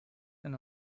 and